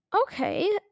Okay